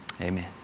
Amen